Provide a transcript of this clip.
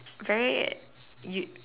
very